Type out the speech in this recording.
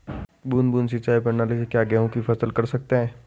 बूंद बूंद सिंचाई प्रणाली से क्या गेहूँ की फसल कर सकते हैं?